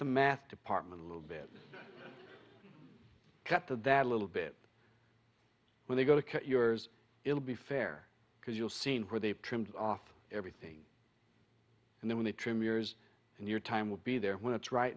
the math department a little bit cut to that little bit when they go to yours it'll be fair because you'll seen where they trimmed off everything and then they trim yours and your time will be there when it's right